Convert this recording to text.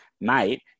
mate